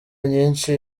nyinshi